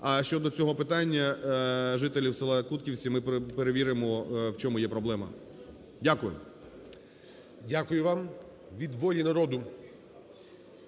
А щодо цього питання жителів села Кутківці, ми перевіримо, в чому є проблема. Дякую. ГОЛОВУЮЧИЙ. Дякую вам. Від "Волі народу"